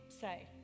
Say